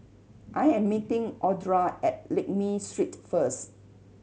I am meeting Audra at Lakme Street first